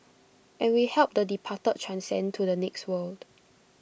and we help the departed transcend to the next world